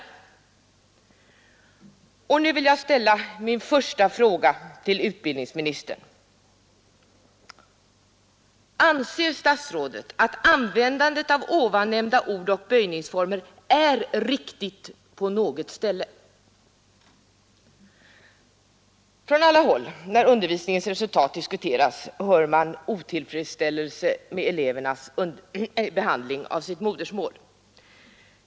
Och nu vill jag ställa min första fråga till utbildningsministern: Anser statsrådet att användandet av här nämnda ord och böjningsformer är riktigt på något ställe? När undervisningens resultat diskuteras hör man från alla håll otillfredsställelse med elevernas behandling av sitt modersmål.